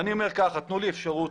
אני אומר תנו לי אפשרות.